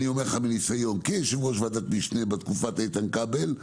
מניסיון כיושב-ראש ועדת משנה בתקופת איתן כבל,